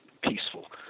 peaceful